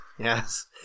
Yes